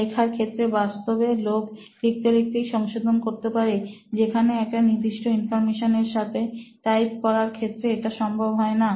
লেখার ক্ষেত্রে বাস্তবে লোক লিখতে লিখতেই সংশোধন করতে পারে যেখানে একটা নির্দিষ্ট ইনফর্মেশন এর সাথে টাইপ করার ক্ষেত্রে এটা সম্ভব হয়না